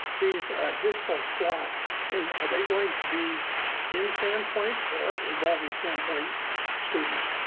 these additional slots are they going to be in sandpoint or involving sandpoint students?